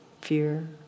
fear